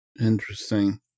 Interesting